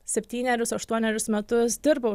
septynerius aštuonerius metus dirbau